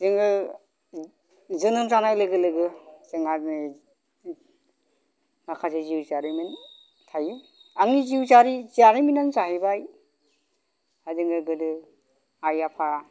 जोङो जोनोम जानाय लोगो लोगो जोंहा नै माखासे जिउ जारिमिन थायो आंनि जिउ जारिमिनानो जाहैबाय जोङो गोदो आइ आफा